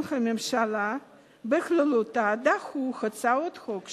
והממשלה בכללותה דחו הצעות חוק שלי,